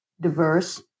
diverse